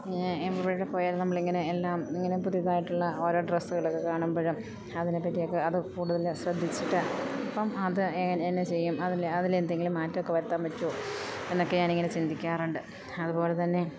ഞാൻ എവിടെ പോയാലും നമ്മൾ ഇങ്ങനെ എല്ലാം ഇങ്ങനെ പുതിയതായിട്ടുള്ള ഓരോ ഡ്രസ്സുകളൊക്കെ കാണുമ്പോഴും അതിനെ പറ്റിയൊക്കെ അത് കൂടുതൽ ശ്രദ്ധിച്ചിട്ട് അപ്പം അത് എന്നെ ചെയ്യും അതിൽ എന്തെങ്കിലും മാറ്റമൊക്ക വരുത്താൻ പറ്റുമോ എന്നൊക്കെ ഞാൻ ഇങ്ങനെ ചിന്തിക്കാറുണ്ട് അതുപോലെ തന്നെ